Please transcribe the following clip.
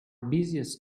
busiest